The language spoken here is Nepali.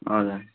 हजुर